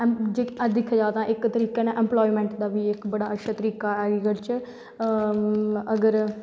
दिक्खेआ जां तां इक तरीके दा इंपलाईमैंट दा बी इक बड़ा अच्छा तरीका ऐ ऐग्रीतल्चर अगर